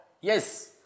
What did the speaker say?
Yes